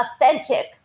authentic